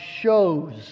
shows